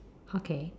okay